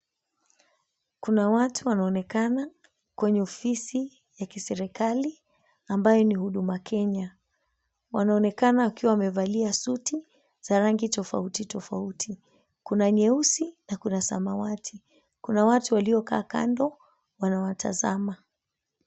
Kuna watu wanaonekana kwenye ofisi ya kiserikali ambayo ni huduma Kenya. Wanaonekana wakiwa wamevalia suti za rangi tofauti tofauti. Kuna nyeusi na kuna samawati. Kuna watu waliokaa kando wanawatazama.